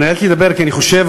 אני אדבר רק כי אני חושב,